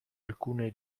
alcune